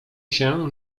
się